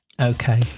Okay